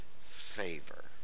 favor